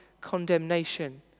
condemnation